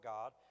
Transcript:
God